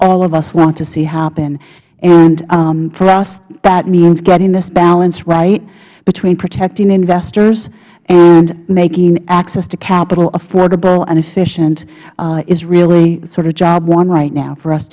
all of us want to see happen and for us that means getting this balance right between protecting investors and making access to capital affordable and efficient is really sort of job one right now for